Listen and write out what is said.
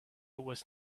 was